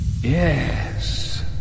Yes